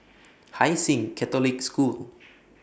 Hai Sing Catholic School